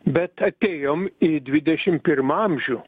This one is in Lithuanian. bet atėjom į dvidešim pirmą amžių